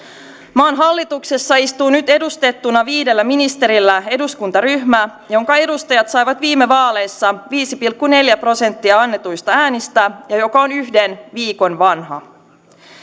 maan hallituksessa istuu nyt edustettuna viidellä ministerillä eduskuntaryhmä jonka edustajat saivat viime vaaleissa viisi pilkku neljä prosenttia annetuista äänistä ja joka on yhden viikon vanha